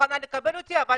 שמוכנה לקבל אותי, אבל